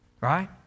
Right